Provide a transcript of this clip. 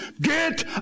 Get